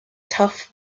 tough